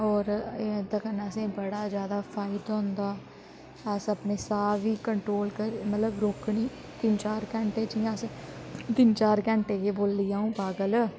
होर एह्दे कन्नै असें बड़ा ज्यादा फायदा होंदा अस अपने साह् गी कंट्रोल मतलब करी रोकने तिन चार घैंटे जियां अस तिन चार घैंटे केह् बोली आ'ऊं पागल